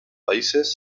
países